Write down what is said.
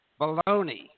Baloney